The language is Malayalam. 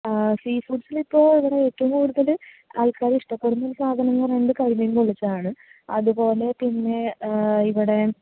സീ ഫുഡ്സിൽ ഇപ്പോൾ ഇവിടെ ഏറ്റവും കൂടുതൽ ആൾക്കാർ ഇഷ്ടപ്പെടുന്ന ഒരു സാധനം എന്ന് പറയുന്നത് കരിമീൻ പൊള്ളിച്ചത് ആണ് അതുപോലെ പിന്നെ ഇവിടെ